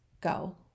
go